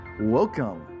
welcome